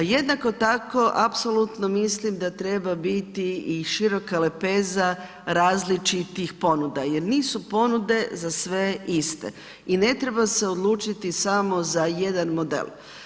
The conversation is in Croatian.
Jednako tako apsolutno mislim da treba biti i široka lepeza različitih ponuda jer nisu ponude za sve iste i ne treba se odlučiti samo za jedan model.